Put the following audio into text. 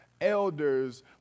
elders